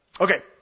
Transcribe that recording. Okay